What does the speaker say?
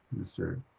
mr.